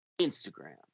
Instagram